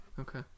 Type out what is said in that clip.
Okay